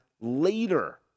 later